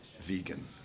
vegan